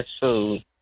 food